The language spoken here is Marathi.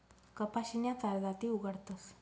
कपाशीन्या चार जाती उगाडतस